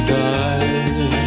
die